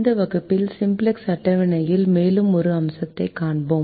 இந்த வகுப்பில் சிம்ப்ளக்ஸ் அட்டவணையில் மேலும் ஒரு அம்சத்தைக் காண்போம்